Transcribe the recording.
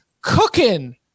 cooking